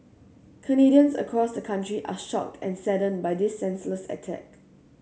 Canadians across the country are shocked and saddened by this senseless attack